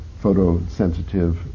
photosensitive